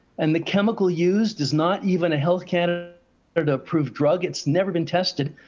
and the chemical used is not even a health canada and approved drug, it's never been tested.